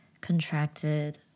contracted